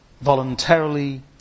Voluntarily